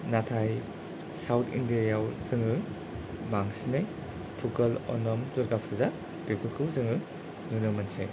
नाथाय south India आव जोङो बांसिनै फुगल अनाम दुरगा फुजा बेफोरखौ जोङो नुनो मोनसै